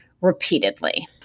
repeatedly